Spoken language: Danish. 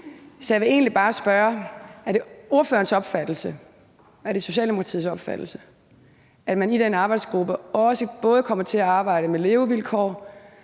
Så jeg vil egentlig bare spørge: Er det ordførerens opfattelse, er det Socialdemokratiets opfattelse, at man i den arbejdsgruppe både kommer til at arbejde med levevilkår,